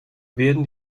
werden